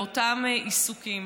לאותם עיסוקים.